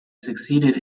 succeeded